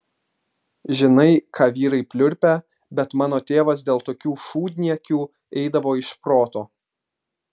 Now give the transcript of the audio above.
žinai ką vyrai pliurpia bet mano tėvas dėl tokių šūdniekių eidavo iš proto